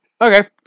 Okay